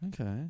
Okay